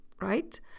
right